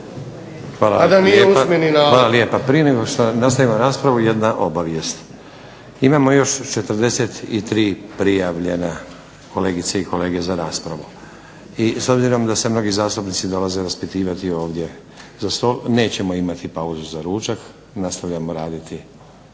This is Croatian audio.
Hvala lijepo. Prije nego što nastavimo raspravu jedna obavijest. Imamo 43 prijavljena kolegice i kolege za raspravu i s obzirom da se mnogi zastupnici dolaze raspitivati ovdje za stol, nećemo imati pauzu za ručak, nastavljamo raditi